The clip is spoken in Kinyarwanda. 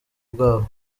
bwabo